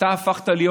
אתה הפכת להיות